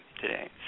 today